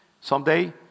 someday